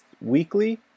weekly